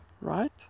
right